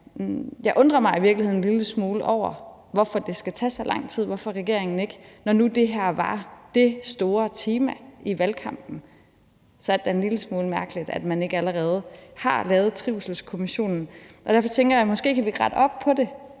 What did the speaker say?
virkeligheden en lille smule over, hvorfor det skal tage så lang tid. Når nu det her var det store tema i valgkampen, er det da en lille smule mærkeligt, at man ikke allerede har lavet trivselskommissionen. Derfor tænker jeg, at vi måske kan rette op på det